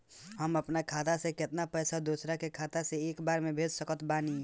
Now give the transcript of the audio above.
हम अपना खाता से केतना पैसा दोसरा के खाता मे एक बार मे भेज सकत बानी?